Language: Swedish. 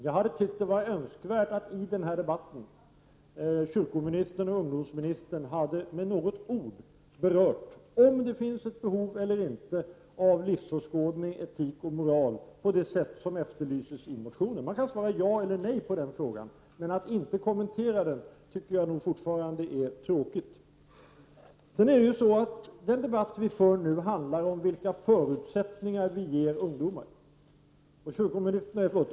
Jag tycker att det hade varit önskvärt att kyrkooch ungdomsministern i denna debatt med något ord hade berört frågan om det finns eller inte finns ett behov av livsåskådning, etik och moral på det sätt som efterlyses i motionen. Hon kan svara ja eller nej på den frågan, och det är tråkigt att hon inte kommenterar den. Den debatt som vi nu för handlar om vilka förutsättningar vi ger ungdomar.